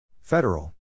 Federal